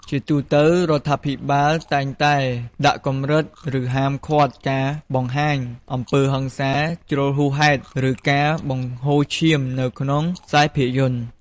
ជាទូទៅ រដ្ឋាភិបាលតែងតែដាក់កម្រិត ឬហាមឃាត់ការបង្ហាញអំពើហិង្សាជ្រុលហួសហេតុ ឬការបង្ហូរឈាមនៅក្នុងខ្សែភាពយន្ត។